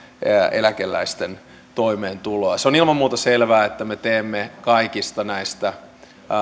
eläkeläisten toimeentuloa se on ilman muuta selvää että me teemme kaikista näistä